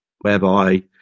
whereby